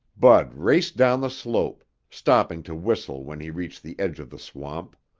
bud raced down the slope, stopping to whistle when he reached the edge of the swamp.